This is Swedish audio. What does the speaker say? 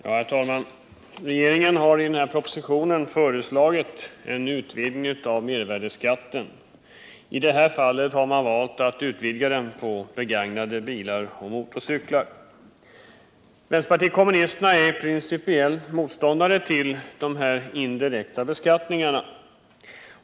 Herr talman! Regeringen har i denna proposition föreslagit en utvidgning av mervärdeskatten. I det här fallet gäller det begagnade bilar och motorcyklar. Vänsterpartiet kommunisterna är principiellt motståndare till indirekta beskattningar.